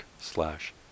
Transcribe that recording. slash